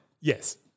Yes